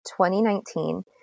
2019